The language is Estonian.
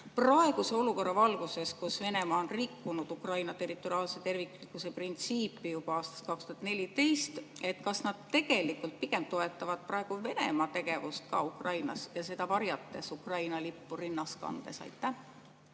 praeguses olukorras, kus Venemaa on rikkunud Ukraina territoriaalse terviklikkuse printsiipi juba aastast 2014, kas nad tegelikult pigem toetavad praegu Venemaa tegevust Ukrainas ja varjavad seda Ukraina lippu rinnas kandes? Suur